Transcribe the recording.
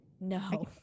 No